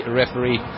referee